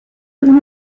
and